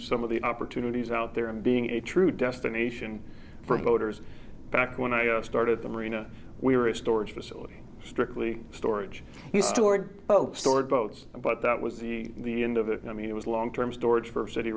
some of the opportunities out there and being a true destination for voters back when i started the marina we were a storage facility strictly storage you stored both stored boats but that was the end of it i mean it was long term storage for city